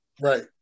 Right